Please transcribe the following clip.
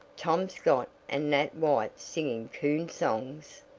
tom scott and nat white singing coon songs!